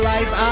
Life